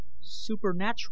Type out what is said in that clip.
supernatural